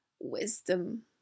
wisdom